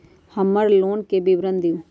हमर लोन के विवरण दिउ